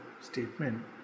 statement